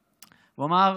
הוא אמר: